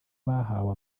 bahawe